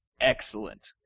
excellent